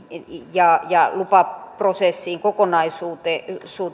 ja ja lupaprosessiin kokonaisuutena